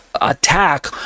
attack